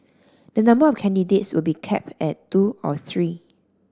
the number of candidates will be capped at two or three